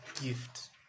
gift